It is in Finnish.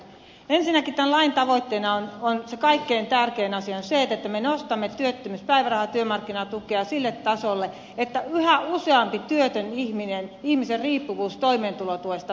ensinnäkin tämän lain tavoitteena se kaikkein tärkein asia on se että me nostamme työttömyyspäivärahaa työmarkkinatukea sille tasolle että yhä useamman työttömän ihmisen riippuvuus toimeentulotuesta vähenee